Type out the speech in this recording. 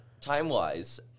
time-wise